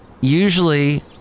Usually